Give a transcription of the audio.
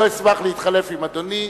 אני לא אשמח להתחלף עם אדוני.